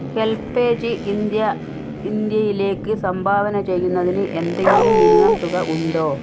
HelpAge India ഇന്ത്യയിലേക്ക് സംഭാവന ചെയ്യുന്നതിന് എന്തെങ്കിലും മിനിമം തുക ഉണ്ടോ